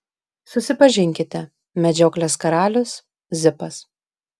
susipažinkite medžioklės karalius zipas